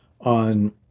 on